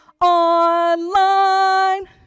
online